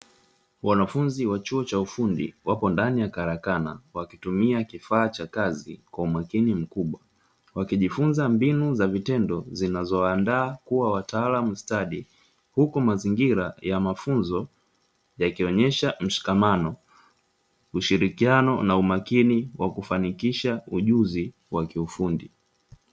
Wanafunzi wa chuo cha ufundi wapo ndani ya karakana wakitumia kifaa cha kazi kwa umakini mkubwa, wakijifunza mbinu za vitendo zinazowaandaa kuwa wataalamu stadi huku mazingira ya mafunzo yakionyesha mshikamano, ushirikiano na umakini wa kufanikisha ujuzi wa kiufundi.